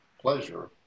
pleasure